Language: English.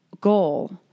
goal